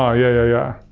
ah yeah yeah,